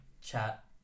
Chat